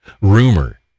rumor